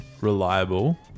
reliable